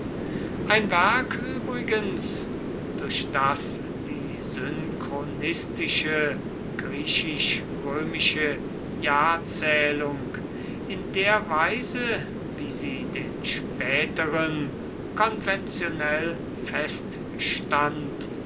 ein werk übrigens durch das die synchronistische griechisch-römische jahrzählung in der weise wie sie den späteren konventionell feststand